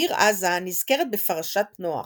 העיר עזה נזכרת בפרשת נח